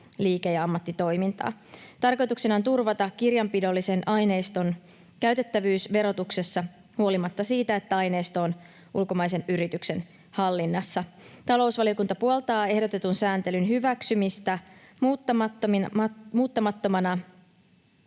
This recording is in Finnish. liike- ja ammattitoimintaa. Tarkoituksena on turvata kirjanpidollisen aineiston käytettävyys verotuksessa huolimatta siitä, että aineisto on ulkomaisen yrityksen hallinnassa. Talousvaliokunta puoltaa ehdotetun sääntelyn hyväksymistä muuttamattomana